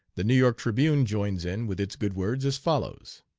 the new york tribune joins in with its good words as follows